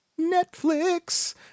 Netflix